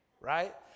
Right